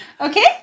Okay